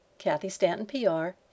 kathystantonpr